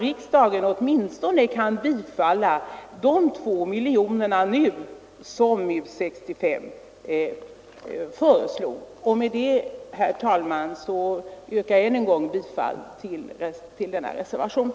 Riksdagen måste tillfälligtvis bifalla de 2 miljoner kronor som MUS 65 föreslår. Herr talman! Jag yrkar än en gång bifall till reservationen vid. denna punkt.